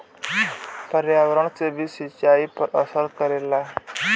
पर्यावरण से भी सिंचाई पर असर करला